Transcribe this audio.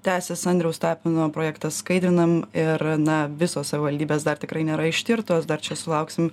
tęsis andriaus tapino projektas skaidriname ir na visos savivaldybės dar tikrai nėra ištirtos dar čia sulauksim